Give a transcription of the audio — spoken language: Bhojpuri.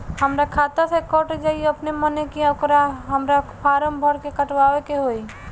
हमरा खाता से कट जायी अपने माने की आके हमरा फारम भर के कटवाए के होई?